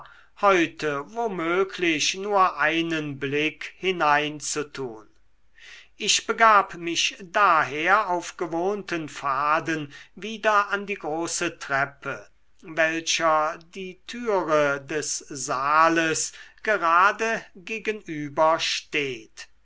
heute wo möglich nur einen blick hinein zu tun ich begab mich daher auf gewohnten pfaden wieder an die große treppe welcher die türe des saales gerade gegenüber steht